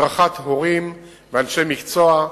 הדרכת הורים ואנשי מקצוע,